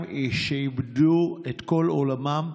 פתרון ל-200 איש שאיבדו את כל עולמם.